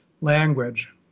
language